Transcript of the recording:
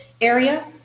area